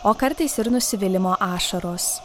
o kartais ir nusivylimo ašaros